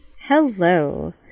Hello